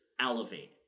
elevate